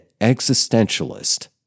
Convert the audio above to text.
existentialist